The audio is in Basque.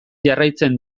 jarraitzen